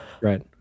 Right